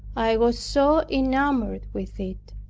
i was so enamored with it,